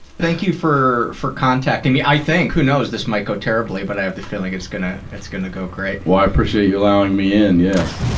thank for, for contacting me. i think, who knows? this might go terribly. but i have the feeling it's gonna, it's gonna go great. well i appreciate you allowing me in, yes.